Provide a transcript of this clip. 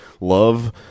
love